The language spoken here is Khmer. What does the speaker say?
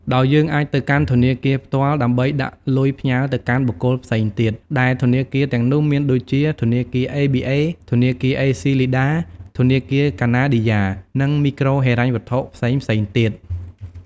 ដោយយើងអាចទៅកាន់ធនាគារផ្ទាល់ដើម្បីដាក់លុយផ្ញើរទៅកាន់បុគ្គលផ្សេងទៀត ដែលធនាគារទាំងនោះមានដូចជា ធនាគារអេប៊ីអេ ធនាគារអេសុីលីដា ធនាគារកាណាឌីយ៉ានិងមីក្រូហិរញ្ញវត្ថុផ្សេងៗទៀត។